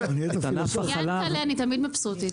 מיענקלה אני תמיד מבסוטית.